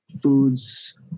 foods